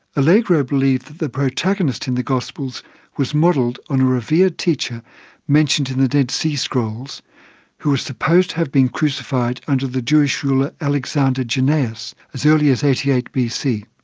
allegro believed that the protagonist in the gospels was modelled on a revered teacher mentioned in the dead sea scrolls who was supposed to have been crucified under the jewish ruler alexander jannaeus as early as eighty eight bc.